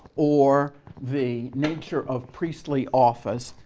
or the nature of priestly office,